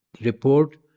report